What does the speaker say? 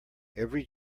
every